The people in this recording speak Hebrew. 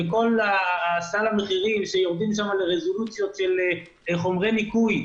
וכל סל המחירים שיורדים שם לרזולוציות של חומרי ניקיון,